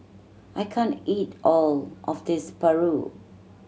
I can't eat all of this paru